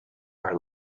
are